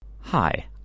Hi